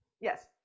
Yes